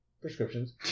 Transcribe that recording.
prescriptions